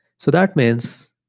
so that means,